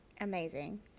Amazing